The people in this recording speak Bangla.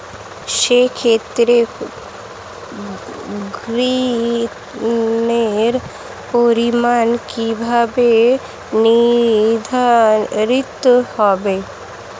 সে ক্ষেত্রে ঋণের পরিমাণ কিভাবে নির্ধারিত হবে?